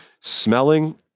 Smelling